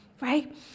right